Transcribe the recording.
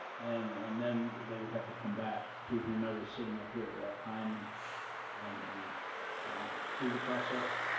and and then they would have to come back to whomever's sitting up here at that time and and and do the process?